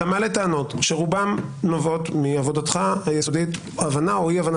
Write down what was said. אתה מעלה טענות שרובן נובעות מעבודתך היסודית עם הבנה או אי הבנה,